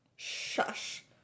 Shush